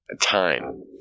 time